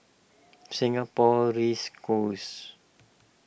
Singapore Race Course